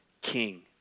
king